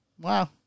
Wow